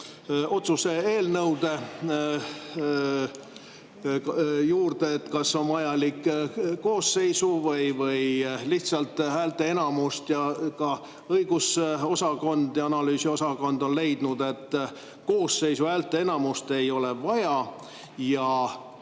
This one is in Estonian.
[küsimuse juurde,] kas on vajalik koosseisu või lihtsalt häälteenamus. Kui ka õigus- ja analüüsiosakond on leidnud, et koosseisu häälteenamust ei ole vaja,